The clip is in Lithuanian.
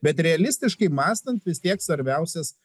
bet realistiškai mąstant vis tiek svarbiausias